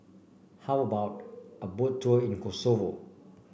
how about a Boat Tour in Kosovo